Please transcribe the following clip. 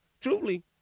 truly